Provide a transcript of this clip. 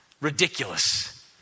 ridiculous